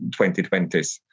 2020s